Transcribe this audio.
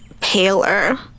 paler